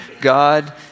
God